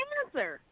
answer